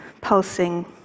pulsing